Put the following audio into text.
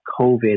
COVID